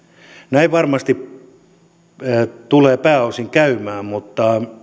näin varmasti tulee pääosin käymään mutta